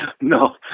No